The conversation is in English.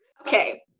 okay